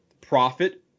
profit